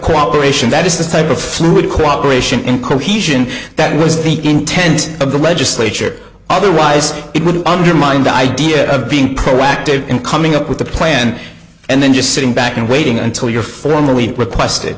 cooperation that is the type of fluid cooperation and cohesion that was the intent of the legislature otherwise it would undermine di dia of being proactive in coming up with a plan and then just sitting back and waiting until you're formally requested